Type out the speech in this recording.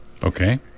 Okay